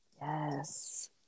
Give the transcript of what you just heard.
Yes